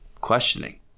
questioning